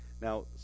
Now